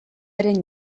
eren